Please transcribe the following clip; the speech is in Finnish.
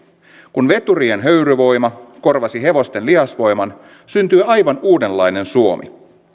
kun veturien höyryvoima korvasi hevosten lihasvoiman syntyi aivan uudenlainen suomi